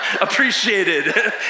appreciated